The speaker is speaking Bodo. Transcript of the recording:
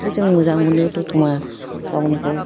बेखौ जों मोजां मोनो द'तमा टाउनखौ